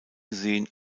gesehen